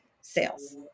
sales